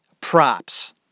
props